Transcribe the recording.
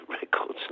records